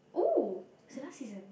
!woo! it's the last season